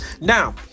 Now